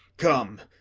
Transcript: come,